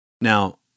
Now